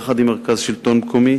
יחד עם מרכז השלטון המקומי.